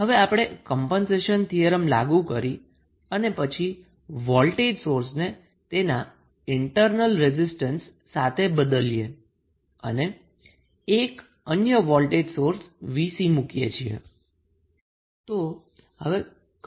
હવે આપણે compensation theorem લાગુ કરી અને પછી આપણે વોલ્ટેજ સોર્સને તેના ઈન્ટર્નલ રેઝિસ્ટન્સ સાથે બદલીએ અને 1 અન્ય વોલ્ટેજ સોર્સ 𝑉𝑐 મૂકીએ છીએ